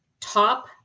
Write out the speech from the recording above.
Top